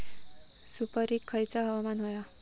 सुपरिक खयचा हवामान होया?